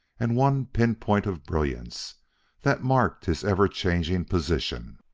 and one pin-point of brilliance that marked his ever-changing position.